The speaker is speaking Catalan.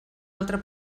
altra